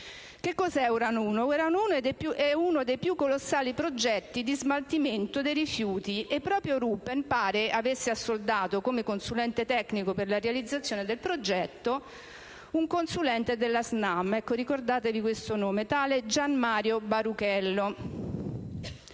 Cos'è Urano 1? Uno dei più colossali progetti di smaltimento dei rifiuti. Proprio Ruppen pare avesse assoldato come consulente tecnico per la realizzazione del progetto un consulente della Snam, tale Gian Mario Baruchello